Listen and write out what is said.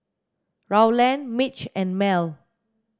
Rowland Mitch and Mel